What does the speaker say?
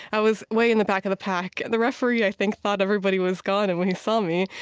i was way in the back of the pack. the referee, i think, thought everybody was gone, and when he saw me,